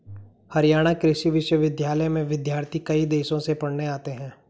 हरियाणा कृषि विश्वविद्यालय में विद्यार्थी कई देशों से पढ़ने आते हैं